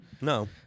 No